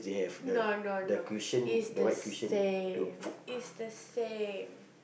no no no is the same is the same